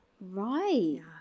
Right